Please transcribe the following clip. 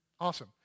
Awesome